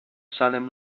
salem